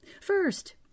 First